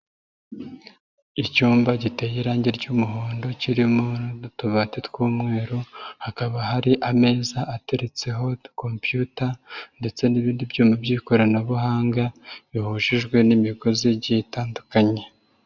Icyumba giteye irangi ry'umuhondo kirimo n'udutubati tw'umweru hakaba hari ameza ateretse ho kopiyuta ndetse n'ibindi byuma by'ikoranabuhanga bihujijwe n'imigozi igiye itandukanye.